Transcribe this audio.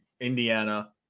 Indiana